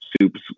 Soup's